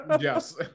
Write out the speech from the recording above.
Yes